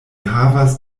havas